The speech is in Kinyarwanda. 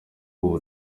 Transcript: ubu